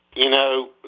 you know,